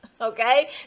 okay